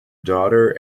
daughter